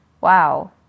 wow